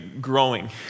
growing